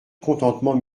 contentement